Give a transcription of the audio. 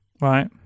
Right